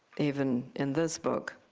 even in this book,